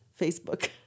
Facebook